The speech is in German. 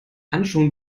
handschuhen